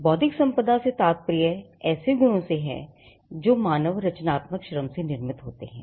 बौद्धिक संपदा से तात्पर्य ऐसे गुणों से है जो मानव रचनात्मक श्रम से निर्मित होते हैं